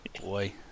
boy